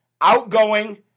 outgoing